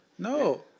No